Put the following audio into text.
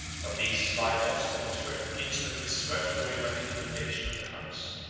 but these slight obstacles were instantly swept away by the inundation of the huns.